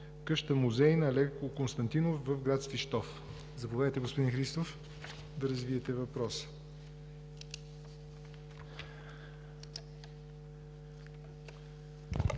къщата музей на Алеко Константинов в град Свищов. Заповядайте, господин Христов, да развиете въпроса.